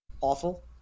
awful